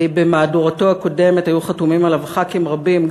במהדורתו הקודמת היו חתומים עליו ח"כים רבים,